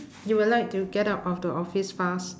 you will like to get out of the office fast